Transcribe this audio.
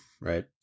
right